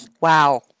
wow